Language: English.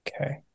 Okay